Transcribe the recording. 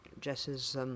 Jess's